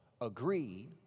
agree